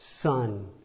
son